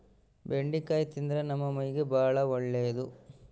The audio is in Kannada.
ಬೆಂಡಿಕಾಯಿ ತಿಂದ್ರ ನಮ್ಮ ಮೈಗೆ ಬಾಳ ಒಳ್ಳೆದು